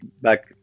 back